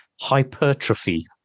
hypertrophy